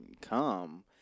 come